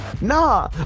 nah